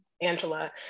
Angela